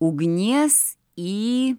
ugnies į